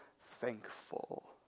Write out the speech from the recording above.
thankful